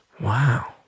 Wow